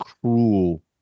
cruel